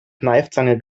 kneifzange